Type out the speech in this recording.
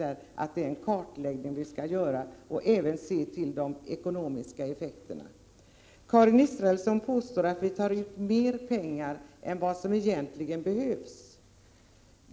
Vi skall göra en kartläggning och även se till de ekonomiska effekterna. Karin Israelsson påstår att vi tar ut mer pengar än vad som egentligen behövs.